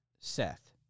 Seth